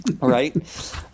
right